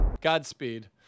Godspeed